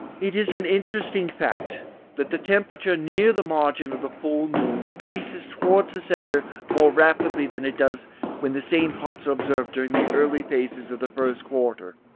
it is an interesting fact that the temperature near the margin of the full-moon increases towards the centre more rapidly than it does when the same parts are observed during the early phases of the first quarter.